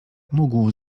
mógł